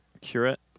Curate